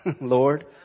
Lord